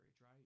right